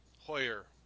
Hoyer